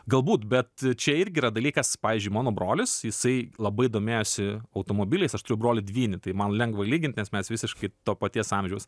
galbūt bet čia irgi yra dalykas pavyzdžiui mano brolis jisai labai domėjosi automobiliais aš turiu brolį dvynį tai man lengva lygint nes mes visiškai to paties amžiaus